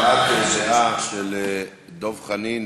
הבעת דעה של דב חנין,